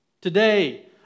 today